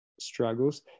struggles